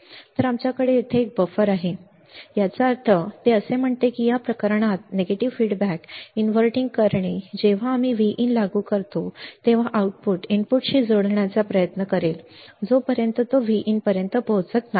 तर आमच्याकडे येथे एक बफर आहे याचा अर्थ ते असे म्हणते की या प्रकरणात नकारात्मक अभिप्राय इनव्हर्टिंग करणे जेव्हा आम्ही Vin लागू करतो तेव्हा आउटपुट इनपुटशी जुळण्याचा प्रयत्न करेल जोपर्यंत तो Vin पर्यंत पोहोचत नाही